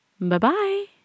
bye-bye